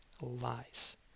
Lies